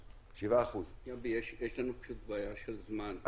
גבי, יש לנו בעיה של זמן.